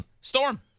Storm